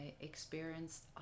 experienced